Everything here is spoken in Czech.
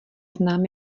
znám